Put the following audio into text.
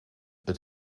het